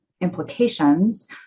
implications